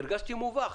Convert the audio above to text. והרגשתי מובך.